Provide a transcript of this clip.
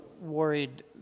worried